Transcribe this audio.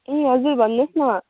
ए हजुर भन्नुहोस् न